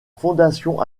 fondation